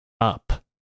up